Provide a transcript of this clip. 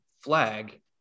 Flag